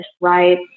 right